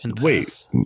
Wait